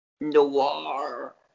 noir